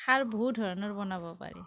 খাৰ বহু ধৰণৰ বনাব পাৰি